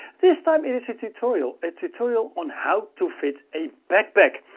this time it is a tutorial. a tutorial on how to fit a backpack.